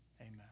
amen